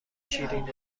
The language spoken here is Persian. شیرینه